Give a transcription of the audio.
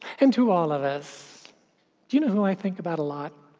and to all of us, do you know who i think about a lot?